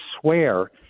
swear